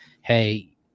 hey